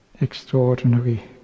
Extraordinary